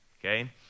okay